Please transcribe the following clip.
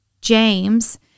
James